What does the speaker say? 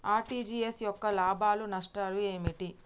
RTGS యొక్క లాభాలు నష్టాలు ఏమిటి?